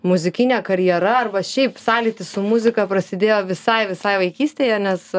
muzikinė karjera arba šiaip sąlytis su muzika prasidėjo visai visai vaikystėje nes